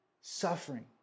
suffering